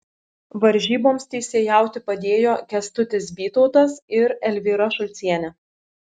varžyboms teisėjauti padėjo kęstutis bytautas ir elvyra šulcienė